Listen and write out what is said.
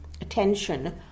attention